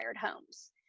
homes